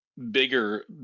bigger